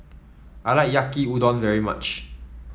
I like Yaki Udon very much